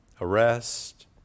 arrest